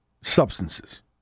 substances